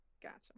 Gotcha